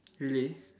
really